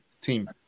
team